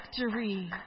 victory